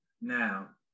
Now